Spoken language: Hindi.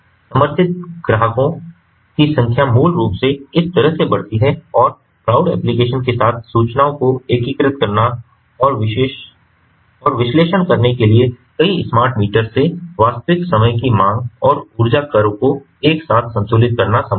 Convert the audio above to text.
समर्थित ग्राहकों की संख्या मूल रूप से इस तरह से बढ़ती है और क्लाउड एप्लिकेशन के साथ सूचनाओं को एकीकृत करना और विश्लेषण करने के लिए कई स्मार्ट मीटर से वास्तविक समय की मांग और ऊर्जा कर्व को एक साथ संतुलित करना संभव है